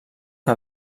que